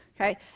okay